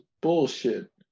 bullshit